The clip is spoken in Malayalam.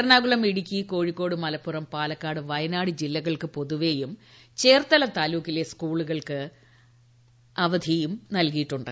എറണാകുളം ഇടുക്കി കോഴിക്കോട് മലപ്പുറംപാലക്കാട് വയനാട് ജില്ലകൾക്ക് പൊതുവെയും ചേർത്തല താലൂക്കിലെ സ്കൂളുകൾക്ക് അവധി നൽകിയിട്ടുണ്ട്